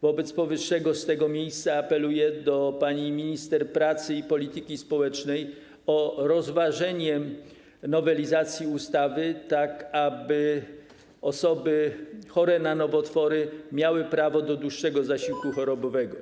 Wobec powyższego z tego miejsca apeluję do pani minister pracy i polityki społecznej o rozważenie nowelizacji ustawy, tak aby osoby chore na nowotwory miały prawo do dłuższego zasiłku chorobowego.